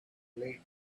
late